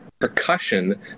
percussion